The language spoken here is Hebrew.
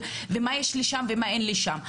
מה יש לי שם ומה אין לי שם.